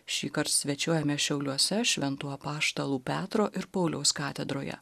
šįkart svečiuojamės šiauliuose šventų apaštalų petro ir pauliaus katedroje